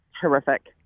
horrific